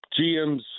GMs